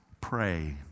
Pray